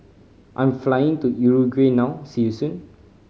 I'm flying to Uruguay now see you soon